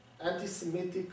anti-Semitic